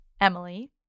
Emily